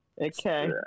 Okay